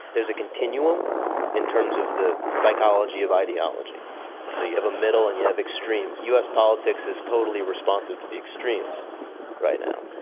there's a continuum in terms of the psychology of ideology. so you have a middle and you have extremes. us politics is totally responsive to the extremes right now,